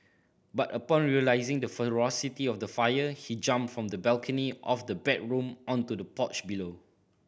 but upon realising the ferocity of the fire he jumped from the balcony of the bedroom onto the porch below